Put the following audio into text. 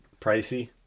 pricey